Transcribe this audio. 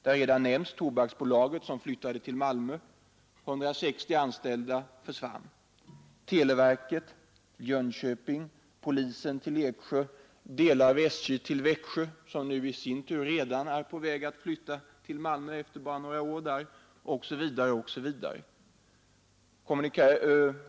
Här har redan nämnts att Tobaksbolaget flyttade till Malmö, varvid 160 anställda försvann, delar av televerket till Jönköping och polisen till Eksjö och delar av SJ till Växjö.